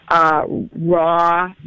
raw